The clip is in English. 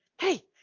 hey